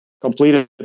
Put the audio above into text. completed